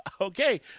Okay